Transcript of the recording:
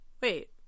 wait